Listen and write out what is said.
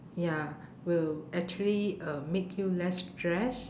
ya will actually um make you less stressed